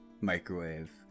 microwave